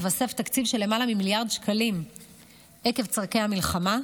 התווסף תקציב של למעלה ממיליארד שקלים עקב צורכי המלחמה,